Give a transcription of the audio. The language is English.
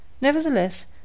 Nevertheless